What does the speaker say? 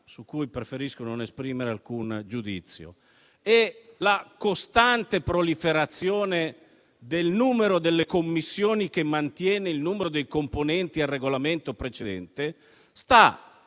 (su cui preferisco non esprimere alcun giudizio) e la costante proliferazione del numero delle Commissioni, che mantengono il numero dei componenti previsto dal Regolamento precedente, sta